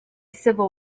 civil